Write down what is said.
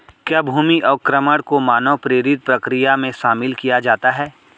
क्या भूमि अवक्रमण को मानव प्रेरित प्रक्रिया में शामिल किया जाता है?